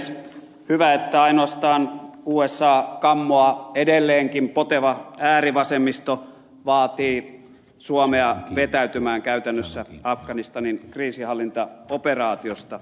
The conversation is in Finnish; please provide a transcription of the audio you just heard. hyvä että ainoastaan usa kammoa edelleenkin poteva äärivasemmisto vaatii suomea vetäytymään käytännössä afganistanin kriisinhallintaoperaatiosta